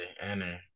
enter